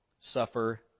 suffer